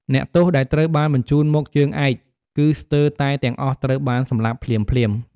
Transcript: អ្នកទោសដែលត្រូវបានបញ្ជូនមកជើងឯក គឺស្ទើរតែទាំងអស់ត្រូវបានសម្លាប់ភ្លាមៗ។